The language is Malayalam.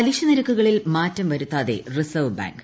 പലിശ നിരക്കുകളിൽ മാറ്റം വരുത്താതെ റിസർവ്വ് ബാങ്ക്